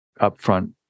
upfront